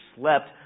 slept